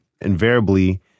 invariably